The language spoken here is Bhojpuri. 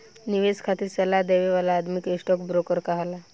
निवेश खातिर सलाह देवे वाला आदमी के स्टॉक ब्रोकर कहाला